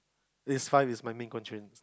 this five is my main constrain